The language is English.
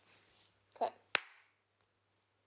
clap